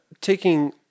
taking